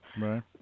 Right